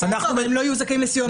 אבל לא יהיו זכאים לסיוע משפטי.